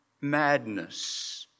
madness